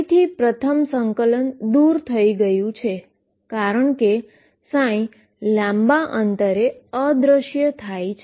ફરીથી પ્રથમ ઈન્ટીગ્રેશન દુર થઈ ગયું છે કારણ કે લાંબા અંતરે અદૃશ્ય થાય છે